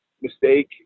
mistake